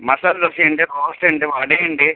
മസാലദോശ ഉണ്ട് റോസ്റ്റ് ഉണ്ട് വട ഉണ്ട്